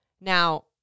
Now